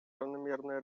равномерное